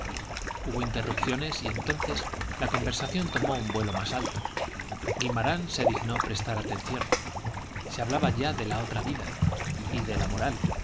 hubo interrupciones y entonces la conversación tomó un vuelo más alto guimarán se dignó prestar atención se hablaba ya de la otra vida y de la moral